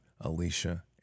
Alicia